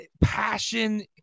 passion